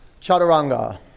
Chaturanga